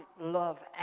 love